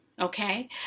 Okay